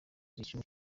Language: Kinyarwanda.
umukinnyi